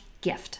gift